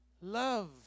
love